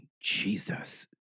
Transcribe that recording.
jesus